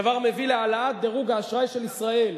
דבר המביא להעלאת דירוג האשראי של ישראל,